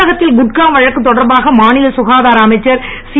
தமிழகத்தில் குட்கா வழக்கு தொடர்பாக மாநில சுகாதார அமைச்சர் சி